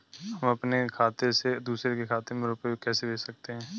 हम अपने खाते से दूसरे के खाते में रुपये कैसे भेज सकते हैं?